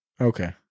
Okay